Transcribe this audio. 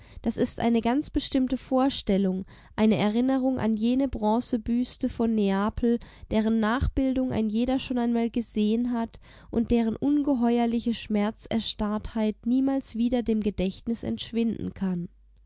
das ist eine ganz bestimmte vorstellung eine erinnerung an jene bronzebüste von neapel deren nachbildung ein jeder schon einmal gesehen hat und deren ungeheuerliche schmerzerstarrtheit niemals wieder dem gedächtnis entschwinden kann